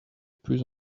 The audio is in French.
plus